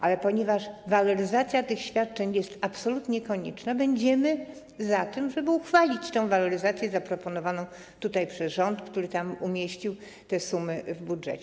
Ale ponieważ waloryzacja tych świadczeń jest absolutnie konieczna, będziemy za tym, żeby uchwalić tę waloryzację zaproponowaną tutaj przez rząd, który umieścił te sumy w budżecie.